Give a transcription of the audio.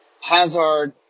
Hazard